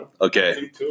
Okay